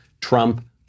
Trump